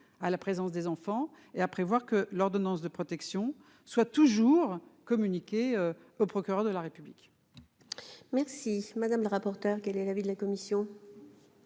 à la présence des enfants et de prévoir que l'ordonnance de protection sera toujours communiquée au procureur de la République. Quel est l'avis de la commission ?